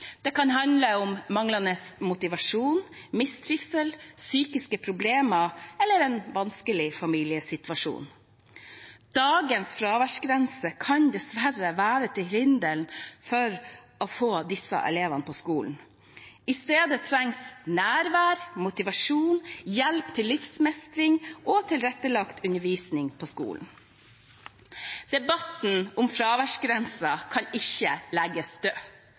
Det kan handle om manglende motivasjon, mistrivsel, psykiske problemer eller en vanskelig familiesituasjon. Dagens fraværsgrense kan dessverre være til hinder for å få disse elevene på skolen. I stedet trengs nærvær, motivasjon, hjelp til livsmestring og tilrettelagt undervisning på skolen. Debatten om fraværsgrensen kan ikke legges